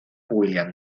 william